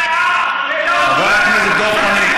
חבר הכנסת דב חנין,